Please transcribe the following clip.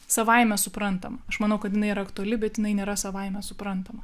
savaime suprantama aš manau kad jinai yra aktuali bet jinai nėra savaime suprantama